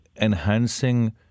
enhancing